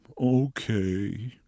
Okay